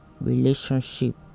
relationship